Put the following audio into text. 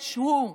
שיתבייש הוא,